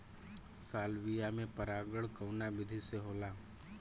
Salvia में परागण कउना विधि से होला?